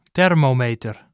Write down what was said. Thermometer